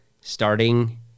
starting